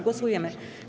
Głosujemy.